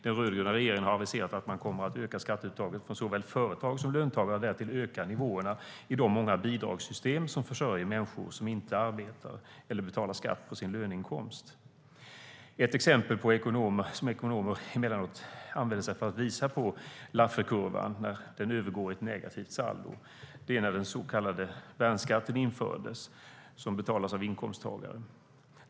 Den rödgröna regeringen har aviserat att man kommer att öka skatteuttaget från såväl företag som löntagare och därtill öka nivåerna i de många bidragssystem som försörjer människor som inte arbetar eller betalar skatt på sin löneinkomst. Ett exempel som ekonomer emellanåt använder för att visa på när Lafferkurvan övergår i ett negativt saldo var när den så kallade värnskatten infördes som betalas av inkomsttagare.